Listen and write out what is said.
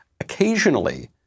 occasionally